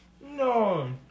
No